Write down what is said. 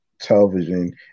Television